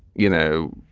you know,